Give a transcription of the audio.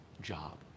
job